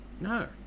no